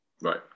Right